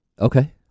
okay